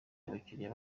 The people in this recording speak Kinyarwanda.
abakiriya